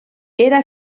era